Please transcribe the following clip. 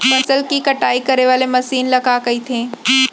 फसल की कटाई करे वाले मशीन ल का कइथे?